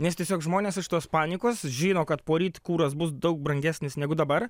nes tiesiog žmonės iš tos panikos žino kad poryt kuras bus daug brangesnis negu dabar